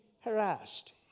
harassed